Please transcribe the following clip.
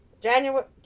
January